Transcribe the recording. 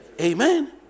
amen